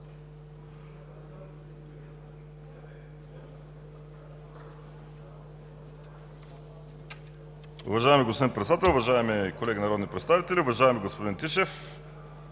Уважаеми господин Председател, уважаеми колеги народни представители! Уважаеми господин Тишев,